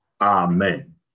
amen